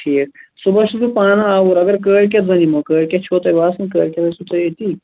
ٹھیٖک صُبحس چھُس بہٕ پانہٕ آوُر اگر کالۍکیٚتھ زن یِمو کالۍکیٚتھ چھُوا تُہۍ باسان کالۍکِتھ آسِو تُہۍ اَتی